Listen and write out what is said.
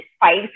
five